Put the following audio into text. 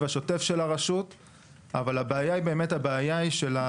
השוטף של הרשות אבל הבעיה היא באמת החכות.